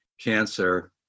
cancer